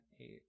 eight